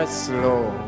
slow